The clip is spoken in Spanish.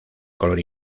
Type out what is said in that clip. color